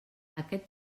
aquest